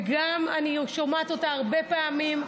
ואני שומעת אותה הרבה פעמים.